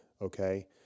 okay